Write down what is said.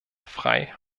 frei